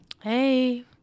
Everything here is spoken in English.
Hey